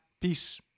peace